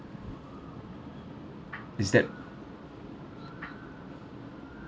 is that